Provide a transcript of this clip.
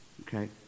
Okay